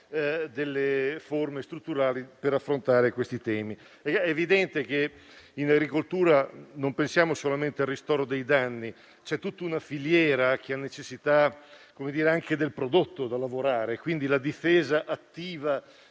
delle forme strutturali per affrontarle. È evidente che in agricoltura non pensiamo solamente al ristoro dei danni, ma c'è tutta una filiera che ha necessità del prodotto da lavorare, quindi la difesa attiva